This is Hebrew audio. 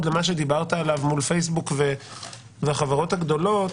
למה שדיברת עליו מול פייסבוק והחברות הגדולות